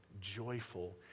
joyful